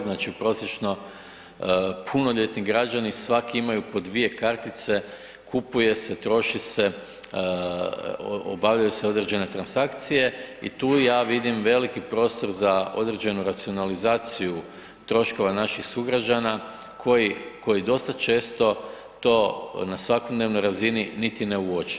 Znači prosječno punoljetni građanin svaki ima po dvije kartice, kupuje se, troši se, obavljaju se određene transakcije i tu ja vidim veliki prostor za određenu racionalizaciju troškova naših sugrađana koji dosta često to na svakodnevnoj razini niti ne uoče.